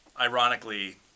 ironically